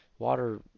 Water